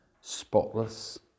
spotless